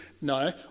no